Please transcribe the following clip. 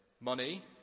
Money